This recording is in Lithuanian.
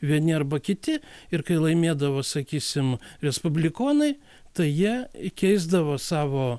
vieni arba kiti ir kai laimėdavo sakysim respublikonai tai jie įkeisdavo savo